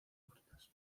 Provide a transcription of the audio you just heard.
puertas